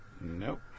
Nope